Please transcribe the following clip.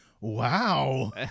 Wow